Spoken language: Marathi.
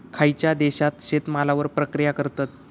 खयच्या देशात शेतमालावर प्रक्रिया करतत?